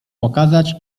pokazać